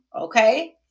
okay